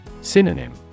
Synonym